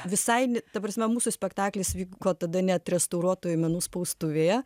visai ta prasme mūsų spektaklis vyko tada neatrestauruotoj menų spaustuvėje